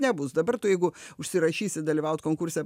nebus dabar tu jeigu užsirašysi dalyvaut konkurse